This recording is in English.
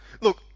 Look